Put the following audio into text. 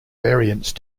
variance